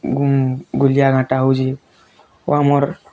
ଗୁଁଲିଆ ଘାଣ୍ଟା ହଉଛି ଓ ଆମର୍